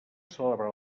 celebrar